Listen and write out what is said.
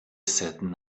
said